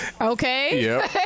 Okay